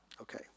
Okay